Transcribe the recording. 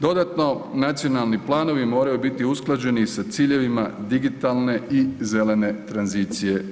Dodatno, nacionalni planovi moraju biti usklađeni sa ciljevima digitalne i zelene tranzicije EU.